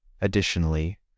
Additionally